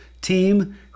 team